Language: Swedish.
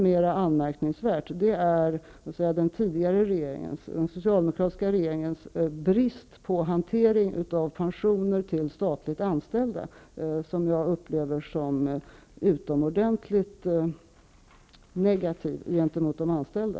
Mera anmärk ningsvärd är den tidigare socialdemokratiska regeringens brist på hantering av pensioner till statligt anställda, vilken jag upplever som utomordentligt negativ gentemot de anställda.